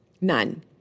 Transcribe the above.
None